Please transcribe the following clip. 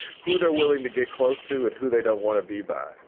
who they're willing to get close to and who they don't want to be by